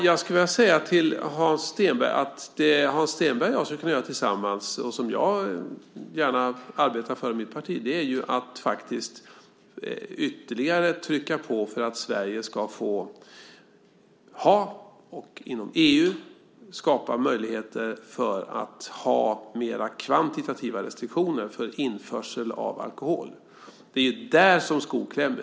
Jag skulle vilja säga till Hans Stenberg att det som han och jag skulle kunna göra tillsammans, och som jag gärna arbetar för i mitt parti, är att faktiskt ytterligare trycka på för att Sverige inom EU ska skapa möjligheter för att ha mera kvantitativa restriktioner för införsel av alkohol. Det är ju där som skon klämmer.